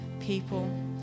people